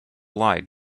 lied